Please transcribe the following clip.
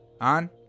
on